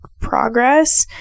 progress